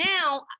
now